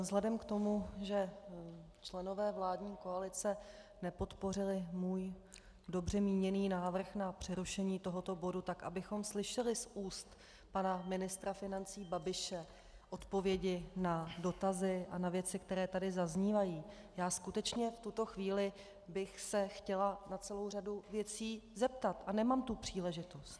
Vzhledem k tomu, že členové vládní koalice nepodpořili můj dobře míněný návrh na přerušení tohoto bodu, tak abychom slyšeli z úst pana ministra financí Babiše odpovědi na dotazy a na věci, které tady zaznívají, já skutečně v tuto chvíli bych se chtěla na celou řadu věcí zeptat a nemám tu příležitost...